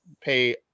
pay